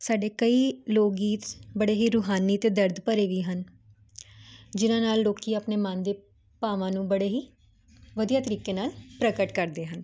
ਸਾਡੇ ਕਈ ਲੋਕ ਗੀਤ ਬੜੇ ਹੀ ਰੂਹਾਨੀ ਤੇ ਦਰਦ ਭਰੇ ਵੀ ਹਨ ਜਿਨਾਂ ਨਾਲ ਲੋਕੀ ਆਪਣੇ ਮਨ ਦੇ ਭਾਵਾਂ ਨੂੰ ਬੜੇ ਹੀ ਵਧੀਆ ਤਰੀਕੇ ਨਾਲ ਪ੍ਰਗਟ ਕਰਦੇ ਹਨ